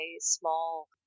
small